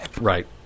Right